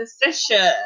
decision